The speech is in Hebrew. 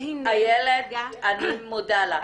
והנה --- איילת, אני מודה לך.